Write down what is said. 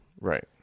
Right